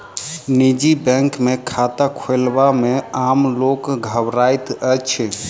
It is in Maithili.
निजी बैंक मे खाता खोलयबा मे आम लोक घबराइत अछि